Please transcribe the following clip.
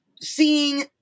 seeing